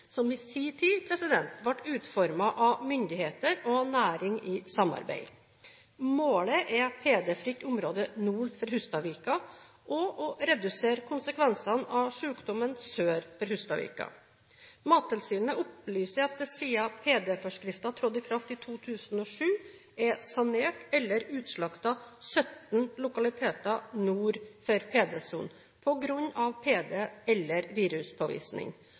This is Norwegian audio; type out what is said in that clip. som i sin tid ble utformet av myndigheter og næring i samarbeid. Målet er PD-fritt område nord for Hustadvika og å redusere konsekvensene av sykdommen sør for Hustadvika. Mattilsynet opplyser at det siden PD-forskriften trådte i kraft i 2007, er sanert eller utslaktet 17 lokaliteter nord for PD-sonen på grunn av PD eller viruspåvisning,